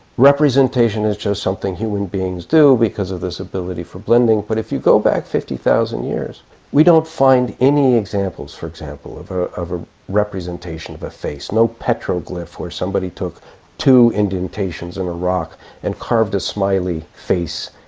representation is just something human beings do because of this ability for blending, but if you go back fifty thousand years we don't find any examples, for example, of a representation of a representation of a face, no petroglyph where somebody took two indentations in a rock and carved a smiley face,